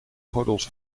gordels